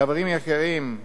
חברים יקרים,